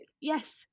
yes